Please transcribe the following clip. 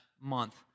month